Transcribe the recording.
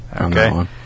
Okay